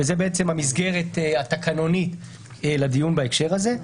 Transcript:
וזו בעצם המסגרת התקנונית לדיון בהקשר הזה.